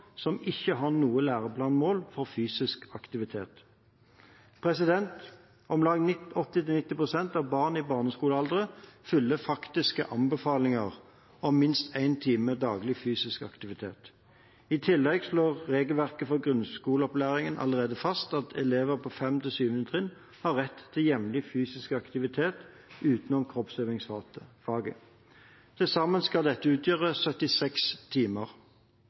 som ikke har noe læreplanmål for fysisk aktivitet. Om lag 80–90 pst. av barn i barneskolealder følger faktiske anbefalinger om minst én time daglig fysisk aktivitet. I tillegg slår regelverket for grunnskoleopplæringen allerede fast at elever på 5.–7. trinn har rett til jevnlig fysisk aktivitet utenom kroppsøvingsfaget. Til sammen skal dette utgjøre 76 timer.